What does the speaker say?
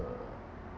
uh